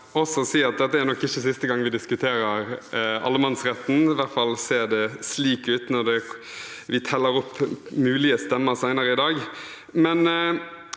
dette nok ikke er siste gang vi diskuterer allemannsretten, i hvert fall ser det slik ut når vi teller opp mulige stemmer til senere i dag.